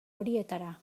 horietara